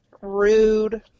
Rude